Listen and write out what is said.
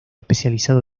especializado